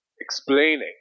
explaining